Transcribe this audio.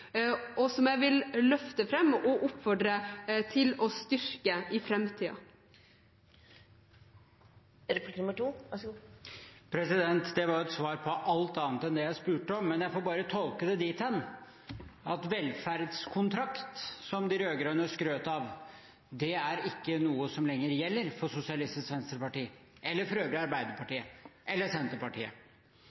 og som jeg vil løfte fram og oppfordre til å styrke i framtiden. Det var et svar på alt annet enn det jeg spurte om, men jeg får bare tolke det dit hen at velferdskontrakt, som de rød-grønne skrøt av, er noe som ikke lenger gjelder for Sosialistisk Venstreparti – eller, for øvrig, for Arbeiderpartiet eller Senterpartiet.